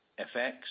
FX